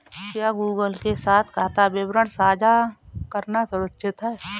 क्या गूगल के साथ खाता विवरण साझा करना सुरक्षित है?